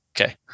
Okay